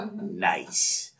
Nice